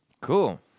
Cool